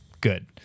good